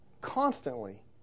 constantly